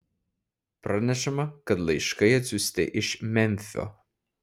pranešama kad laiškai atsiųsti iš memfio